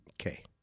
Okay